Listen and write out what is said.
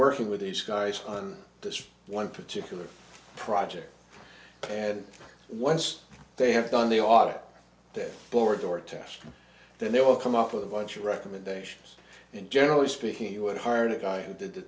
working with these guys on this one particular project and once they have done the audit the board or task then they will come up with a bunch of recommendations and generally speaking you would hard a guy who did the